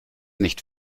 nicht